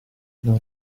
non